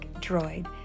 droid